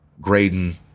Graydon